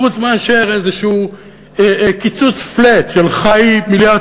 חוץ מאשר איזשהו קיצוץ flat של ח"י מיליארד